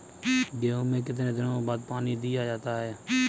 गेहूँ में कितने दिनों बाद पानी दिया जाता है?